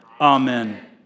Amen